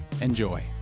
Enjoy